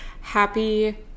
Happy